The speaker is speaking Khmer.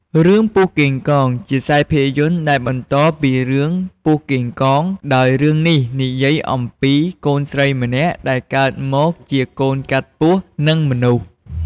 រឿង កូនពស់កេងកង ជាខ្សែភាពយន្តដែលបន្តពីរឿងពស់កេងកង ដោយរឿងនេះនិយាយអំពី កូនស្រីម្នាក់ដែលកើតមកជាកូនកាត់ពស់ និងមនុស្ស។